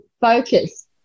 focus